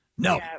No